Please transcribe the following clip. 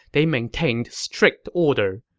they maintained strict order.